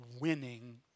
winning